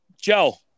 Joe